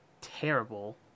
terrible